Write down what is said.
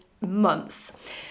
months